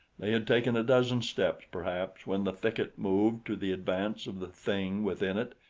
they had taken a dozen steps, perhaps, when the thicket moved to the advance of the thing within it,